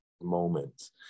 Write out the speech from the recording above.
moments